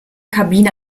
kabine